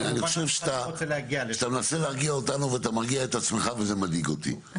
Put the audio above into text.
אני חושב שאתה מנסה להרגיע אותנו ואתה מרגיע את עצמך וזה מדאיג אותי,